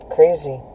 Crazy